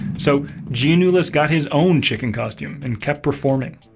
so giannoulas got his own chicken costume and kept performing.